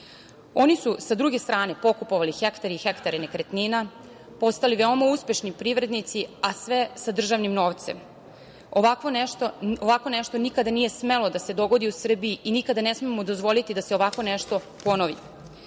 Oni su, sa druge strane, pokupovali hektare i hektare nekretnina, postali veoma uspešni privrednici, a sve sa državnim novcem. Ovako nešto nikada nije smelo da se dogodi u Srbiji i nikada ne smemo dozvoliti da se ovako nešto ponovi. Takođe,